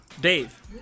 Dave